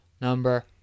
number